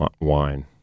wine